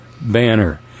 banner